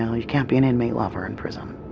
know, you can't be an inmate lover in prison.